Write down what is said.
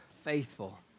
faithful